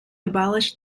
abolished